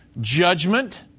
judgment